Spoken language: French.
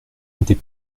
n’était